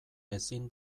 ezin